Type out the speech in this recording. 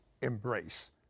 embrace